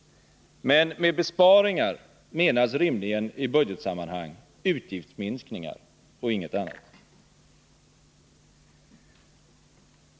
Men med besparingar menas rimligen i budgetsammanhang utgiftsminskningar och inget annat.